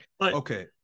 okay